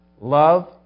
Love